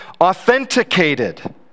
authenticated